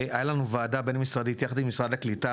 היתה לנו וועדה בין משרדית יחד עם משרד הקליטה,